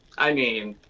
i mean,